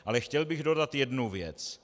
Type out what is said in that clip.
Ale chtěl bych dodat jednu věc.